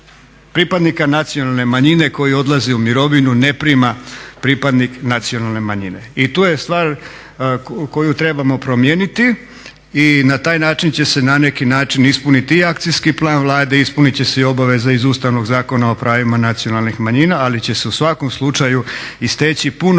pripadnika nacionalne manjine koji odlazi u mirovinu ne prima pripadnik nacionalne manjine. I tu je stvar koju trebamo promijeniti i na taj način će se na neki način ispuniti i akcijski plan Vlade, i ispunit će se obaveze iz Ustavnog zakona o pravima nacionalnih manjina, ali će se u svakom slučaju i steći puno